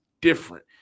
different